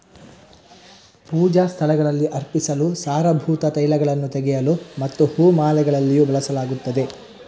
ಪೂಜಾ ಸ್ಥಳಗಳಲ್ಲಿ ಅರ್ಪಿಸಲು, ಸಾರಭೂತ ತೈಲಗಳನ್ನು ತೆಗೆಯಲು ಮತ್ತು ಹೂ ಮಾಲೆಗಳಲ್ಲಿಯೂ ಬಳಸಲಾಗುತ್ತದೆ